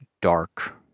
dark